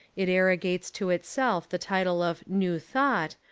it arrogates to itself the title of new thought,